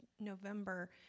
November